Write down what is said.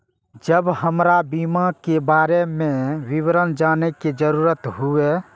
जब हमरा बीमा के बारे में विवरण जाने के जरूरत हुए?